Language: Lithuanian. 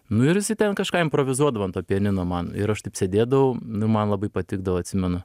nu ir jisai ten kažką improvizuodavo ant to pianino man ir aš taip sėdėdavau nu man labai patikdavo atsimenu